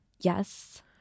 Yes